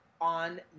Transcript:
on